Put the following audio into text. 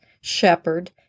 Shepherd